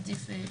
דבר שלישי,